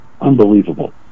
unbelievable